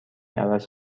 عوض